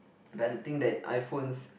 but the thing that iPhones